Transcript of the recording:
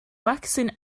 vaccine